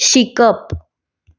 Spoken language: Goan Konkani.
शिकप